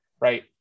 right